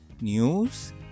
news